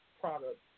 product